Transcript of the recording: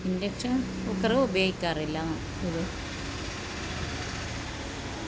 induction cooker ഉപയോഗിക്കാറില്ല ഇത്